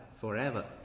forever